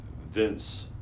Vince